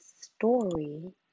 story